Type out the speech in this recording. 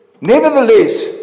nevertheless